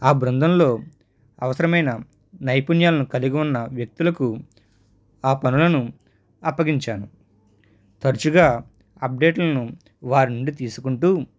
ఆ బృందంలో అవసరమైన నైపుణ్యాలను కలిగి ఉన్న వ్యక్తులకు ఆ పనులను అప్పగించాను తరుచుగా అప్డేట్లను వారి నుండి తీసుకుంటూ